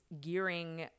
gearing